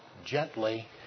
gently